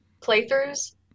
playthroughs